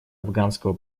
афганского